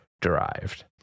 derived